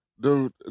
dude